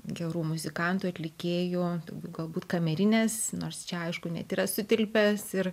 gerų muzikantų atlikėjų galbūt kamerinės nors čia aišku net yra sutilpęs ir